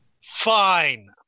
fine